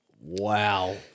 Wow